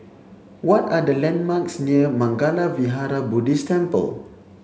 what are the landmarks near Mangala Vihara Buddhist Temple